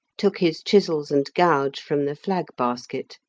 took his chisels and gouge from the flag basket.